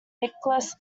nicholas